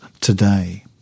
today